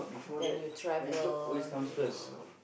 then you travel you know